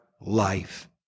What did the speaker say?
life